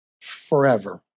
forever